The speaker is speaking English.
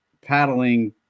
paddling